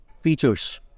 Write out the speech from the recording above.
features